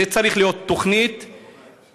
זאת צריכה להיות תוכנית רחבה,